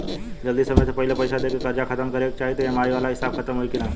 जदी समय से पहिले पईसा देके सब कर्जा खतम करे के चाही त ई.एम.आई वाला हिसाब खतम होइकी ना?